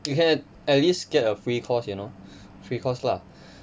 you can at least get a free course you know free course lah